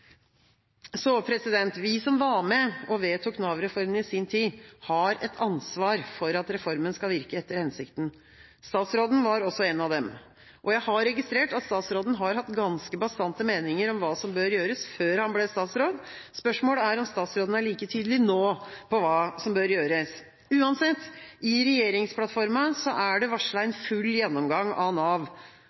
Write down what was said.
Vi som var med og vedtok Nav-reformen i sin tid, har også et ansvar for at reformen skal virke etter hensikten. Statsråden var en av disse. Jeg har registrert at statsråden har hatt ganske bastante meninger om hva som bør gjøres, før han ble statsråd. Spørsmålet er om statsråden er like tydelig nå på hva som bør gjøres. Uansett, i regjeringsplattformen er det varslet en full gjennomgang av Nav.